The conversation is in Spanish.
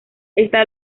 está